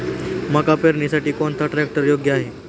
मका पेरणीसाठी कोणता ट्रॅक्टर योग्य आहे?